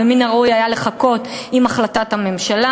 ומן הראוי היה לחכות עם החלטת הממשלה.